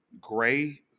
gray